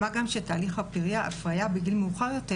מה גם שתהליך הפריה בגיל מאוחר יותר